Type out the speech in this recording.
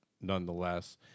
Nonetheless